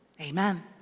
Amen